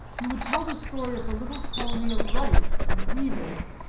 he would tell the story of the little colony of wrights and weavers,